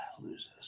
loses